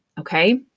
Okay